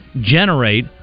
generate